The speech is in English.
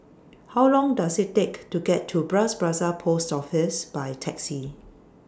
How Long Does IT Take to get to Bras Basah Post Office By Taxi